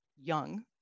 young